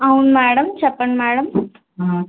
అవును మేడం చెప్పండి మేడం